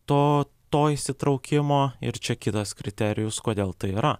to to įsitraukimo ir čia kitas kriterijus kodėl tai yra